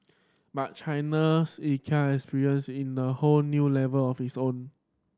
but China's Ikea experience in a whole new level of its own